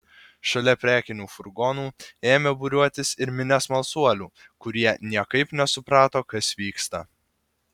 šalia prekinių furgonų ėmė būriuotis ir minia smalsuolių kurie niekaip nesuprato kas vyksta